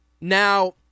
Now